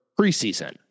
preseason